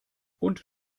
und